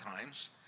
times